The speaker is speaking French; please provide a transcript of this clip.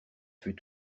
fut